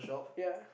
ya